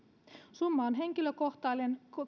summa on henkilökohtainen